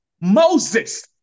Moses